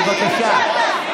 בבקשה.